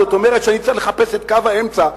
זאת אומרת שאני צריך לחפש את קו האמצע.